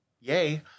yay